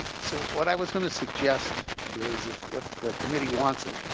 so what i was going to suggest is if if the committee wants it,